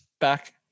back